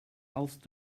else